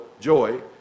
joy